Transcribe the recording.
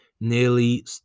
nearly